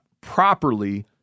properly